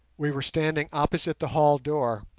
we were standing opposite the hall door,